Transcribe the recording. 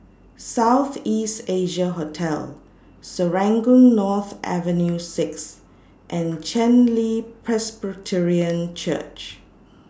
South East Asia Hotel Serangoon North Avenue six and Chen Li Presbyterian Church